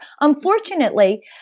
Unfortunately